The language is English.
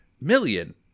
million